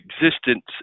existence